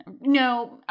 No